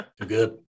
good